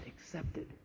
accepted